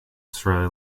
sri